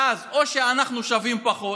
ואז או שאנחנו שווים פחות,